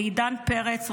לעידן פרץ,